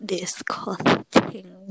Disgusting